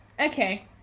Okay